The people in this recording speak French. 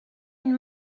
une